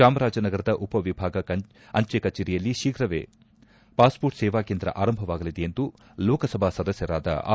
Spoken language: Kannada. ಚಾಮರಾಜನಗರದ ಉಪ ವಿಭಾಗ ಅಂಚೆ ಕಚೇರಿಯಲ್ಲಿ ಶೀಘವೇ ಪಾಸ್ ಪೋರ್ಟ್ ಸೇವಾ ಕೇಂದ್ರ ಆರಂಭವಾಗಲಿದೆ ಎಂದು ಲೋಕಸಭಾ ಸದಸ್ಯರಾದ ಆರ್